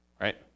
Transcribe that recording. Right